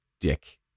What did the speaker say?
dick